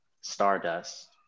stardust